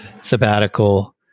sabbatical